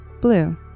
blue